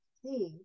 see